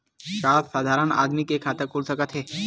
का साधारण आदमी के खाता खुल सकत हे?